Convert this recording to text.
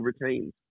retains